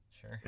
Sure